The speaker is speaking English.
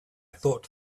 thought